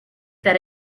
that